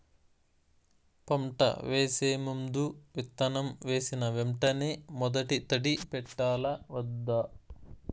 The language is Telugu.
పంట వేసే ముందు, విత్తనం వేసిన వెంటనే మొదటి తడి పెట్టాలా వద్దా?